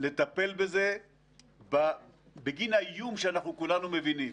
לטפל בזה בגין האיום שאנחנו כולנו מבינים.